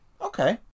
Okay